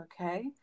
okay